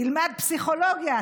ילמד פסיכולוגיה,